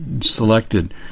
selected